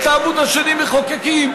את העמוד השני מחוקקים,